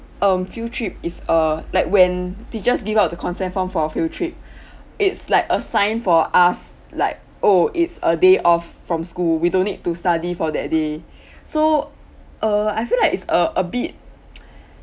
um field trip is uh like when teachers give out the consent form for field trip it's like a sign for us like oh it's a day off from school we don't need study for that day so uh I feel is like a a bit